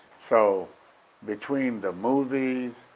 so between the movies,